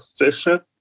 efficient